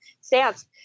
stance